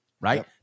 right